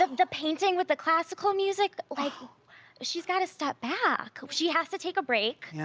ah the painting with the classical music. like she's gotta step back, she has to take a break.